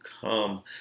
come